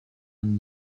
man